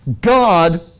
God